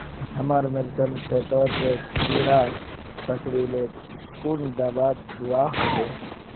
हमार मिर्चन खेतोत कीड़ा पकरिले कुन दाबा दुआहोबे?